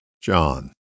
John